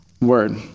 word